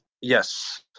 Yes